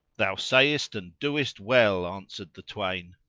thou sayest and doest well, answered the twain,